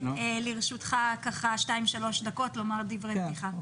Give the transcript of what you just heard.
לרשותך שתיים-שלוש דקות לומר דברי פתיחה.